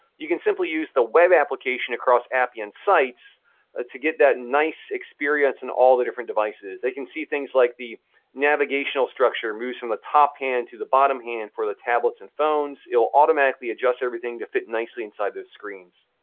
you can simply use the web application across appian sites ah to get that nice experience on and all the different devices. they can see things like the navigational structure moves from the top-hand to the bottom-hand and for the tablets and phones. it will automatically adjust everything to fit nicely inside those screens.